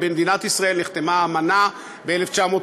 במדינת ישראל נחתמה האמנה ב-1951,